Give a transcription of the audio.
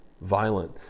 violent